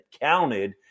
counted